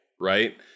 right